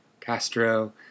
Castro